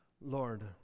Lord